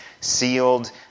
sealed